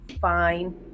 fine